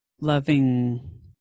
loving